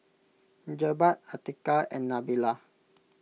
Jebat Atiqah and Nabila